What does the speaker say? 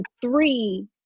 three